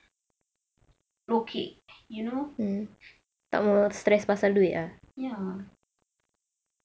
low kick you know ya